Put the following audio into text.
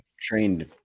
trained